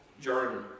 journey